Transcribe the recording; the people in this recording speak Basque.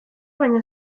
baina